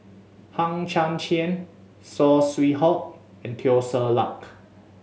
Hang Chang Chieh Saw Swee Hock and Teo Ser Luck